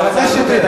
חבר הכנסת שטרית,